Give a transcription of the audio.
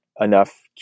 enough